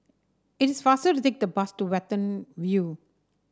it is faster to take the bus to Watten View